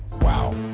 Wow